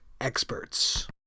experts